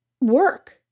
work